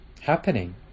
happening